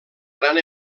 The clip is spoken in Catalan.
gran